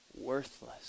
worthless